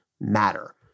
matter